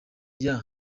yeah